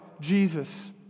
Jesus